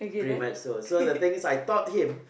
pretty much so so the thing is I taught him